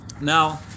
Now